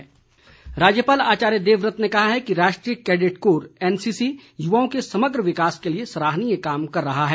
राज्यपाल राज्यपाल आचार्य देवव्रत ने कहा है कि राष्ट्रीय कैडेट कोरएनसीसी युवाओं के समग्र विकास के लिए सराहनीय कार्य कर रहा है